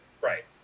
right